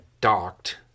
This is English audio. docked